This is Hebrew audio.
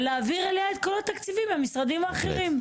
ולהעביר אליה את כל התקציבים מהמשרדים האחרים.